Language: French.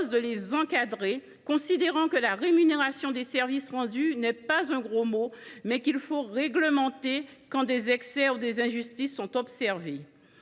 à les encadrer, considérant que la rémunération des services rendus n’est pas un gros mot, mais qu’il faut intervenir pour réglementer quand des excès ou des injustices sont observés.